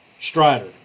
Strider